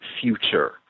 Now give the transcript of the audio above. future